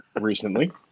recently